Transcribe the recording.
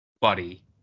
buddy